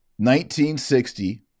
1960